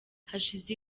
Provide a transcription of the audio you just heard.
hashize